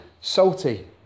salty